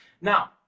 now